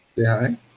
hi